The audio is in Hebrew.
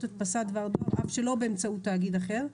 הדפסת דבר דואר אף שלא באמצעות תאגיד אחר,